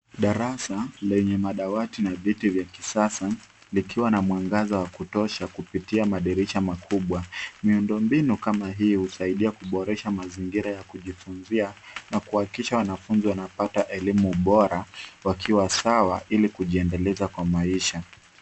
Darasa lenye madawati na viti vya kisasa likiwa na mwangaza wa kutosha kupitia madirisha makubwa. Miundombinu kama hii usaidia kuboresha mazingira ya kujifuzia na kuhakikisha wanafuzi wanapata elimu bora wakiwa sawa ili kujiendeleza kwa maisha.